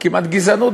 כמעט גזענות,